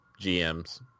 GMs